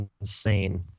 insane